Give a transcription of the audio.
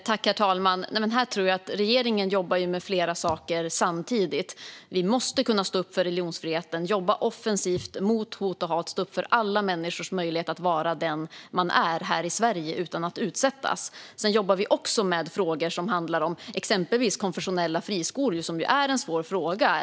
Herr talman! Regeringen jobbar med flera saker samtidigt. Vi måste kunna stå upp för religionsfriheten, jobba offensivt mot hot och hat och stå upp för alla människors möjlighet att vara den man är här i Sverige utan att utsättas. Vi jobbar också med frågor som handlar om exempelvis konfessionella friskolor, som är en svår fråga.